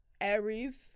Aries